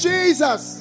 Jesus